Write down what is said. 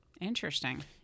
Interesting